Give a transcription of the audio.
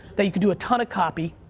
that you could do a ton of copy,